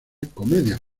comedias